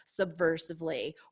subversively